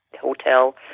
hotel